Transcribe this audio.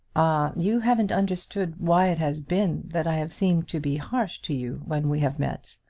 you haven't understood why it has been that i have seemed to be harsh to you when we have met.